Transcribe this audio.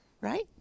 Right